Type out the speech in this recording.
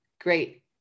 great